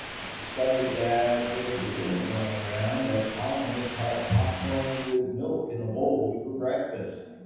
discovered that there is a rumor going around that colonists had popcorn with milk in a bowl for breakfast,